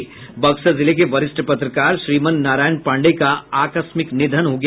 बक्सर जिले के वरिष्ठ पत्रकार श्रीमन नारायण पांडेय का आकस्मिक निधन हो गया